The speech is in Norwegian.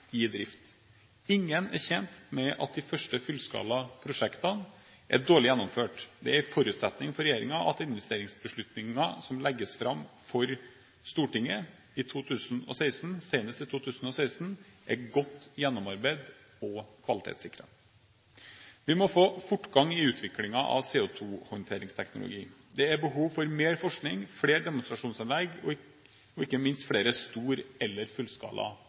i drift. Ingen er tjent med at de første fullskala prosjektene er dårlig gjennomført. Det er en forutsetning for regjeringen at investeringsbeslutningen som legges fram for Stortinget senest i 2016, er godt gjennomarbeidet og kvalitetssikret. Vi må få fortgang i utviklingen av CO2-håndteringsteknologi. Det er behov for mer forskning, flere demonstrasjonsanlegg, og ikke minst flere store eller fullskala